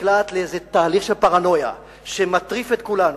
נקלעת לאיזה תהליך של פרנויה שמטריף את כולנו.